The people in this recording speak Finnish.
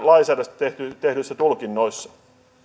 lainsäädännöstä tehdyissä tulkinnoissa